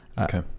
okay